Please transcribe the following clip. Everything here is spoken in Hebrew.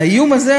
האיום הזה,